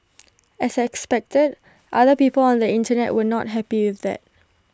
as expected other people on the Internet were not happy with that